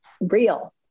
real